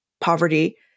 poverty